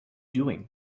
doing